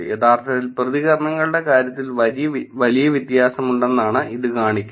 യഥാർത്ഥത്തിൽ പ്രതികരണങ്ങളുടെ കാര്യത്തിൽ വലിയ വ്യത്യാസമുണ്ടെന്നാണ് ഇത് കാണിക്കുന്നത്